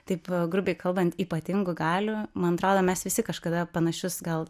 taip grubiai kalbant ypatingų galių man atrodo mes visi kažkada panašius gal